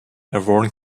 worn